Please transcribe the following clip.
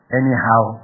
anyhow